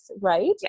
right